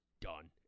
done